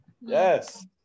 yes